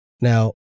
Now